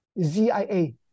Z-I-A